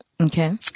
Okay